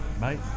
mate